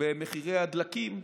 במחירי הדלקים,